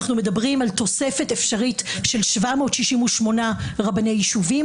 אנחנו מדברים על תוספת אפשרית של 768 רבני יישוב,